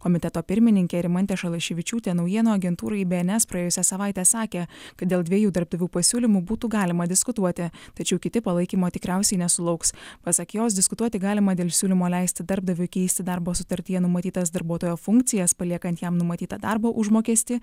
komiteto pirmininkė rimantė šalaševičiūtė naujienų agentūrai bns praėjusią savaitę sakė kad dėl dviejų darbdavių pasiūlymų būtų galima diskutuoti tačiau kiti palaikymo tikriausiai nesulauks pasak jos diskutuoti galima dėl siūlymo leisti darbdaviui keisti darbo sutartyje numatytas darbuotojo funkcijas paliekant jam numatytą darbo užmokestį